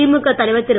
திமுக தலைவர் திரு